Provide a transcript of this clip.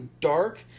dark